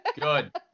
Good